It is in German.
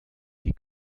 die